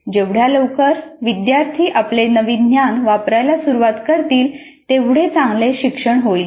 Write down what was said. जेवढ्या लवकर विद्यार्थी आपले नवीन ज्ञान वापरायला सुरुवात करतील तेवढे चांगले शिक्षण होईल